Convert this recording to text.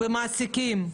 ומעסיקים,